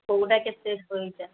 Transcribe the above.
କେଉଁଟା କେତେ ପଇସା